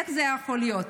איך זה יכול להיות?